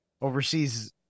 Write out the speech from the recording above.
overseas